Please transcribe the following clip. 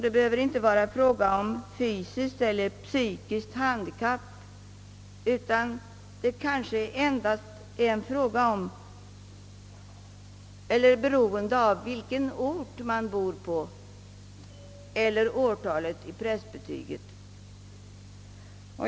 Det behöver inte vara fråga om fysiskt eller psykiskt handikapp, utan det kanske endast är beroende av vilken ort man bor på eller årtalet i prästbetyget.